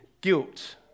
guilt